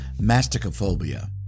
masticophobia